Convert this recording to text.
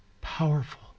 powerful